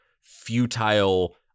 futile